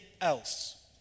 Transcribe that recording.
else